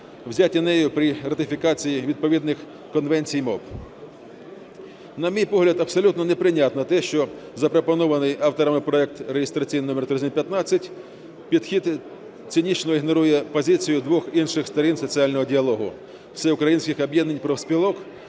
взяті нею при ратифікації відповідних конвенцій МОП. На мій погляд, абсолютно неприйнятно те, що запропонований авторами проект реєстраційний номер 3115, підхід цинічно ігнорує позицію двох інших сторін соціального діалогу – Всеукраїнського об'єднання профспілок